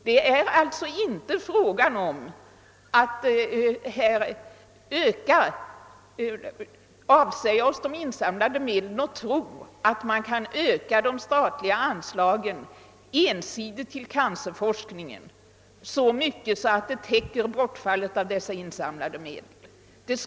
Här är det alltså inte fråga om att vi skall avsäga oss de insamlade medlen och tro att de statliga anslagen kan ökas ensidigt till cancerforskningen så mycket att det täcker bortfallet av dessa insamlade medel.